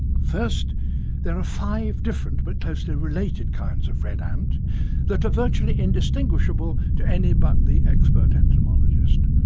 first there are five different but closely related kinds of red ant that are virtually indistinguishable to any but the expert entomologist.